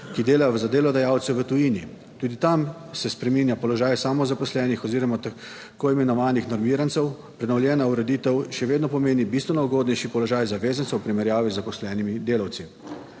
ki delajo za delodajalce v tujini. Tudi tam se spreminja položaj samozaposlenih oziroma tako imenovanih normirancev. Prenovljena ureditev še vedno pomeni bistveno ugodnejši položaj zavezancev v primerjavi z zaposlenimi delavci.